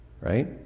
right